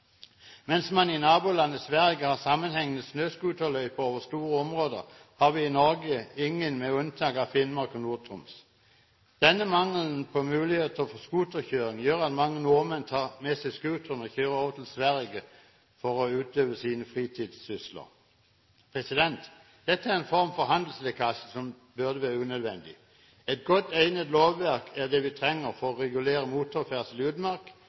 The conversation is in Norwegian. Mens man i nabolandet Sverige har sammenhengende snøscooterløyper over store områder, har vi i Norge ingen, med unntak av Finnmark og Nord-Troms. Denne mangelen på muligheter for scooterkjøring gjør at mange nordmenn tar med seg scooteren og kjører over til Sverige for å utøve sine fritidssysler. Dette er en form for handelslekkasje som burde være unødvendig. Et godt egnet lovverk er det vi trenger for å regulere motorferdsel i utmark,